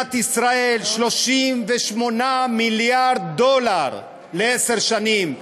למדינת ישראל, 38 מיליארד דולר לעשר שנים,